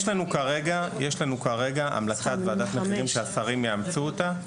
יש לנו כרגע המלצת וועדת מחירים שהשרים יאמצו אותה,